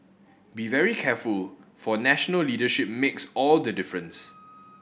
be very careful for national leadership makes all the difference